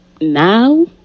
now